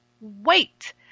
wait